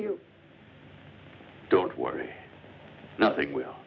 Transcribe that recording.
you don't worry nothing will